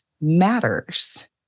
matters